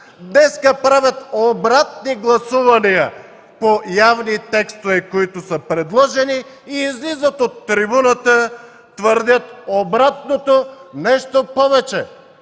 Днес правят обратни гласувания по явни текстове, които са предложени. Излизат на трибуната, твърдят обратното, нещо повече